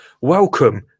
Welcome